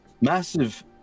massive